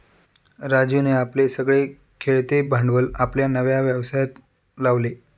राजीवने आपले सगळे खेळते भांडवल आपल्या नव्या व्यवसायात लावले